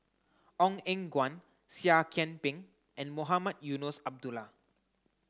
Ong Eng Guan Seah Kian Peng and Mohamed Eunos Abdullah